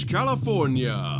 California